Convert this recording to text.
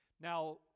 Now